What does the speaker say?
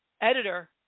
editor